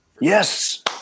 Yes